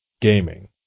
gaming